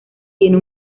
tiene